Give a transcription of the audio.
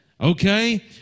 Okay